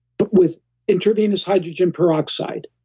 but with intravenous hydrogen peroxide.